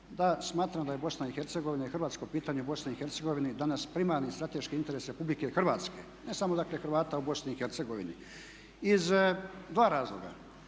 da smatram da je BiH i hrvatsko pitanje u BiH danas primarni strateški interes Republike Hrvatske. Ne samo dakle Hrvata u BiH. Iz dva razloga